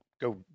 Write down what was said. go